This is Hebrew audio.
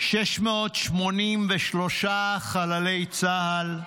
683 חללי צה"ל,